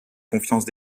confiance